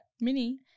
Mini